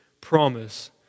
promise